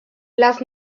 las